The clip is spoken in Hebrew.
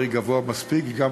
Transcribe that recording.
גבוה מספיק.